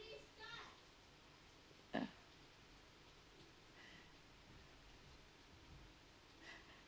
ah